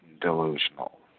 delusional